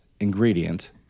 ingredient